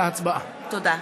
להצבעה.